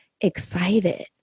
excited